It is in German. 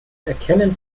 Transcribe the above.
erkennen